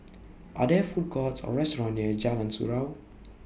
Are There Food Courts Or restaurants near Jalan Surau